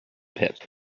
pit